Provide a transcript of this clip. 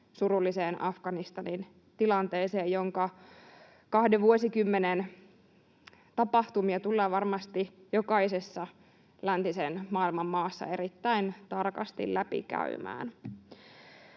surulliseen Afganistanin tilanteeseen, jonka kahden vuosikymmenen tapahtumia tullaan varmasti jokaisessa läntisen maailman maassa erittäin tarkasti läpikäymään.